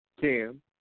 Cam